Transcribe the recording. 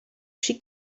she